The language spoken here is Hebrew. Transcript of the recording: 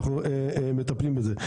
ואנחנו מטפלים בזה,